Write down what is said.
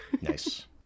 Nice